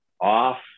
off